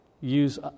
Use